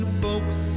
folks